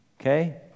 Okay